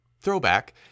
throwback